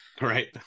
right